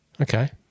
Okay